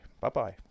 Bye-bye